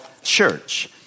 church